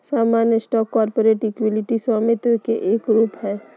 सामान्य stock corporate equity स्वामित्व के एक रूप हय